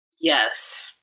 yes